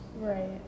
Right